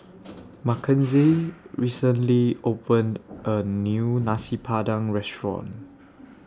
Mackenzie recently opened A New Nasi Padang Restaurant